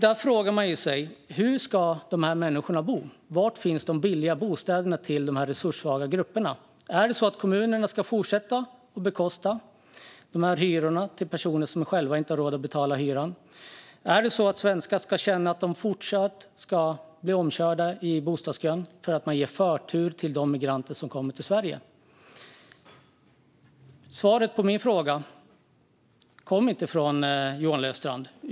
Där frågar man sig: Hur ska de människorna bo? Var finns de billiga bostäderna till dessa resurssvaga grupper? Är det kommunerna som ska fortsätta att bekosta hyrorna till personer som själva inte har råd att betala hyran? Är det så att svenskar ska känna att de fortsätter att bli omkörda i bostadskön för att man ger förtur till de migranter som kommer till Sverige? Det kom inget svar på min fråga från Johan Löfstrand.